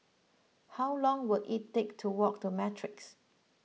how long will it take to walk to Matrix